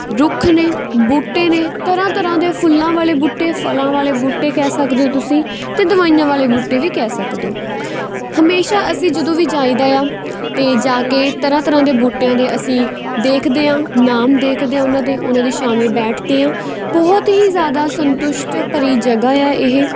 ਰੁੱਖ ਨੇ ਬੂਟੇ ਨੇ ਤਰ੍ਹਾਂ ਤਰ੍ਹਾਂ ਦੇ ਫੁੱਲਾਂ ਵਾਲੇ ਬੂਟੇ ਫਲਾਂ ਵਾਲੇ ਬੂਟੇ ਕਹਿ ਸਕਦੇ ਹੋ ਤੁਸੀਂ ਅਤੇ ਦਵਾਈਆਂ ਵਾਲੇ ਬੂਟੇ ਵੀ ਕਹਿ ਸਕਦੇ ਹੋ ਹਮੇਸ਼ਾ ਅਸੀਂ ਜਦੋਂ ਵੀ ਜਾਈਦਾ ਆ ਅਤੇ ਜਾ ਕੇ ਤਰ੍ਹਾਂ ਤਰ੍ਹਾਂ ਦੇ ਬੂਟਿਆਂ ਦੇ ਅਸੀਂ ਦੇਖਦੇ ਹਾਂ ਨਾਮ ਦੇਖਦੇ ਹਾਂ ਉਹਨਾਂ ਦੇ ਉਹਨਾਂ ਦੀ ਛਾਵੇਂ ਬੈਠਦੇ ਹਾਂ ਬਹੁਤ ਹੀ ਜ਼ਿਆਦਾ ਸੰਤੁਸ਼ਟ ਭਰੀ ਜਗ੍ਹਾ ਆ ਇਹ